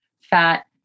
fat